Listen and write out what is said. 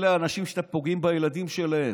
אלה האנשים שאתם פוגעים בילדים שלהם.